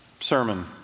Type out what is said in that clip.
sermon